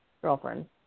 Girlfriend